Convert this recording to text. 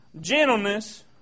gentleness